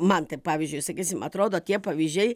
man tai pavyzdžiui sakysim atrodo tie pavyzdžiai